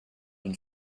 and